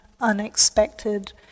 unexpected